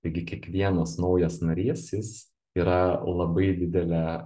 taigi kiekvienas naujas narys jis yra labai didelė